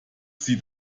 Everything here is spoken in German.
sie